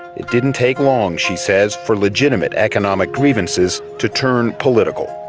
it didn't take long, she says, for legitimate economic grievances to turn political.